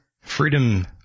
Freedom